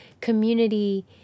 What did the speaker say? community